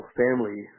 family